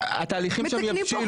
התהליכים שם יבשילו.